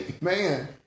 Man